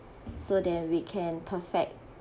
so that we can perfect